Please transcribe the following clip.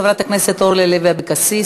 חברת הכנסת אורלי לוי אבקסיס,